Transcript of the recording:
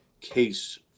case